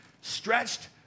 stretched